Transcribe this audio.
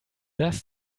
dass